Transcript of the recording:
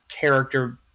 character